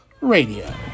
Radio